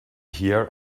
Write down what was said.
here